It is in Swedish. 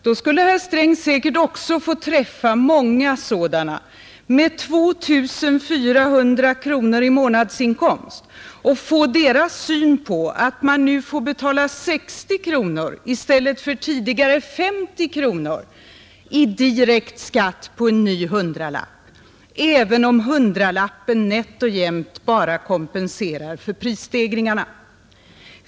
Då skulle herr Sträng säkert också få träffa många med 2 400 kronor i månadsinkomst och få deras syn på att man nu får betala 60 kronor i stället för tidigare 50 kronor i direkt skatt på en ny hundralapp, även om hundralappen bara nätt och jämt kompenserar för prisstegringarna.